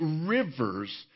rivers